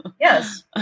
yes